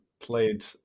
played